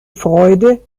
freude